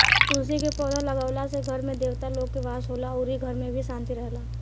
तुलसी के पौधा लागावला से घर में देवता लोग के वास होला अउरी घर में भी शांति रहेला